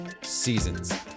seasons